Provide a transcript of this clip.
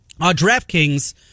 DraftKings